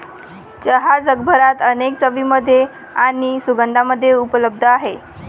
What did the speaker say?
चहा जगभरात अनेक चवींमध्ये आणि सुगंधांमध्ये उपलब्ध आहे